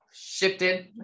shifted